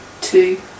two